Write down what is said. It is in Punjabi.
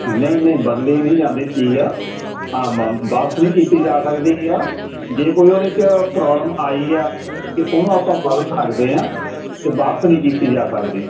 ਨਹੀਂ ਨਹੀਂ ਬਦਲੀ ਨਹੀਂ ਜਾਂਦੀ ਚੀਜ਼ ਹਾਂ ਵਾਪਸ ਨਹੀਂ ਕੀਤੀ ਜਾ ਸਕਦੀ ਆ ਜੇ ਕੋਈ ਉਹਦੇ ਚ ਪ੍ਰੋਬਲਮ ਆਈ ਆ ਤੇ ਉਹਨੂੰ ਆਪਾਂ ਬਦਲ ਸਕਦੇ ਆਂ ਤੇ ਵਾਪਸ ਨਹੀਂ ਕੀਤੀ ਜਾ ਸਕਦੀ